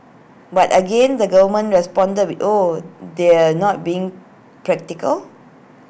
but again the government responded with oh they're not being practical